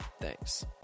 Thanks